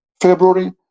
February